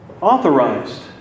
authorized